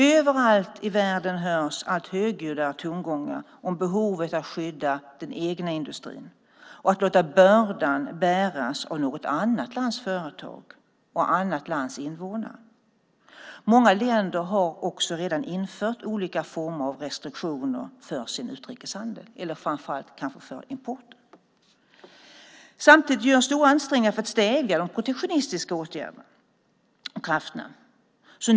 Överallt i världen hörs allt högljuddare tongångar om behovet av att skydda den egna industrin och om att låta bördan bäras av något annat lands företag och invånare. Många länder har också redan infört olika former av restriktioner för sin utrikeshandel, eller kanske framför allt för importen. Samtidigt görs det stora ansträngningar för att stävja de protektionistiska åtgärderna och krafterna.